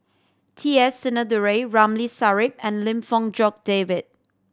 T S Sinnathuray Ramli Sarip and Lim Fong Jock David